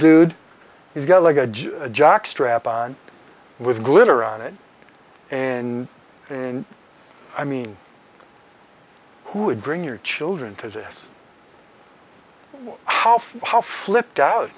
dude he's got like a jock strap on with glitter on it and i mean who would bring your children to this how how flipped out